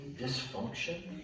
dysfunction